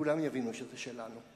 כולם יבינו שזה שלנו.